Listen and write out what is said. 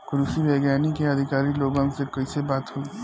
कृषि वैज्ञानिक या अधिकारी लोगन से कैसे बात होई?